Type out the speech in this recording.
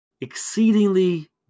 exceedingly